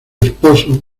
esposo